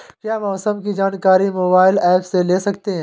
क्या मौसम की जानकारी मोबाइल ऐप से ले सकते हैं?